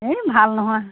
এই ভাল নহয়